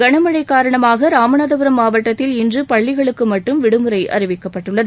கனம்ழை காரணமாக ராமநாதபுரம் மாவட்டத்தில் இன்று பள்ளிகளுக்கு மட்டும் விடுமுறை அறிவிக்கப்பட்டுள்ளது